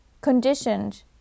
conditioned